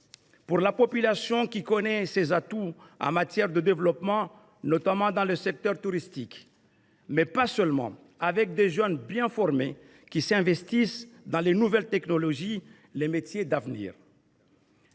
pour sa population que ce territoire a des atouts en matière de développement, notamment dans le secteur touristique. L’île dispose en outre de jeunes bien formés, qui s’investissent dans les nouvelles technologies et les métiers d’avenir.